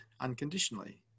unconditionally